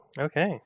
okay